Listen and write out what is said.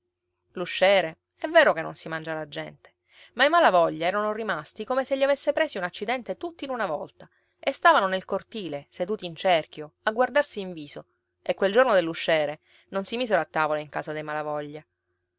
l'usciere è vero che non si mangia la gente ma i malavoglia erano rimasti come se li avesse presi un accidente tutti in una volta e stavano nel cortile seduti in cerchio a guardarsi in viso e quel giorno dell'usciere non si misero a tavola in casa dei malavoglia